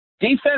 Defense